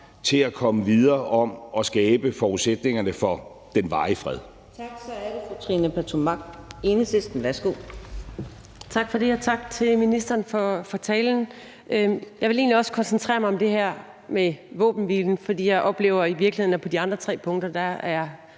tilat komme videre og skabe forudsætningerne for den varige fred.